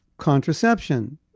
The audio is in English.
contraception